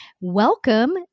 Welcome